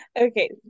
okay